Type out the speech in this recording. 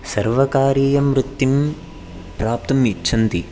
सर्वकारीयं वृत्तिं प्राप्तुम् इच्छन्ति